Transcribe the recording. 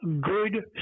good